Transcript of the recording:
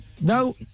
No